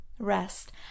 Rest